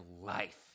life